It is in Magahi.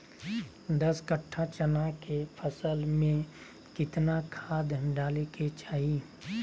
दस कट्ठा चना के फसल में कितना खाद डालें के चाहि?